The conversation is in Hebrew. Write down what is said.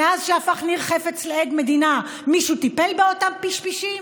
מאז שהפך ניר חפץ לעד מדינה מישהו טיפל באותם פשפשים?